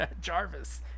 Jarvis